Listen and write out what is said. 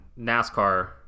NASCAR